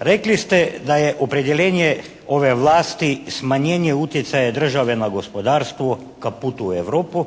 rekli ste da je opredjeljenje ove vlasti smanjenje utjecaja države na gospodarstvo ka putu u Europu